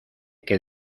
que